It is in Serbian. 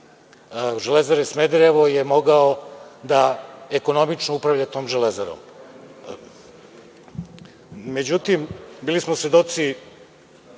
„Železare“ Smederevo je mogao da ekonomično upravlja tom železarom.Međutim, bili smo svedoci